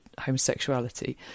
homosexuality